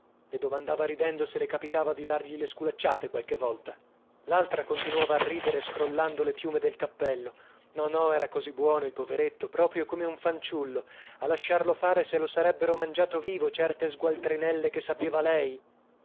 amico le domandava ridendo se le capitava di dargli le sculacciate qualche volta laltra continuava a ridere scrollando le piume del cappello no no era così buono il poveretto proprio come un fanciullo a lasciarlo fare se lo sarebbero mangiato vivo certe sgualdrinelle che sapeva lei